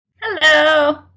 Hello